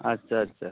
আচ্ছা আচ্ছা